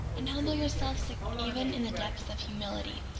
and humble yourselves even in the depths of humility,